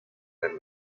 than